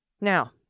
Now